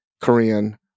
Korean